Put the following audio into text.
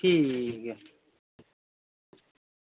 ठीक ऐ